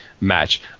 match